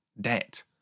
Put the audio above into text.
debt